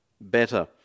better